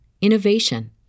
innovation